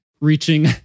reaching